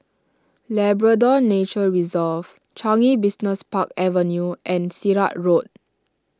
Labrador Nature Reserve Changi Business Park Avenue and Sirat Road